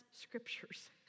scriptures